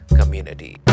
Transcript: community